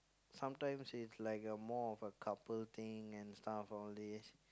sometimes it's like a more of a couple thing and stuff all this